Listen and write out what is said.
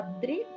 Adri